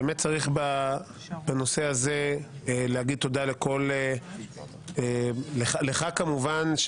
בנושא הזה באמת צריך להגיד תודה לך כמובן,